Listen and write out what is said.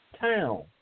town